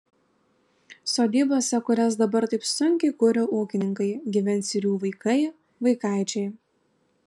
sodybose kurias dabar taip sunkiai kuria ūkininkai gyvens ir jų vaikai vaikaičiai